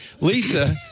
Lisa